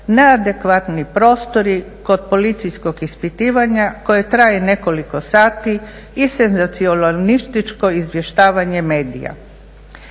neadekvatni prostori kod policijskog ispitivanja koje traje nekoliko sati i senzacionalističko izvještavanje medija.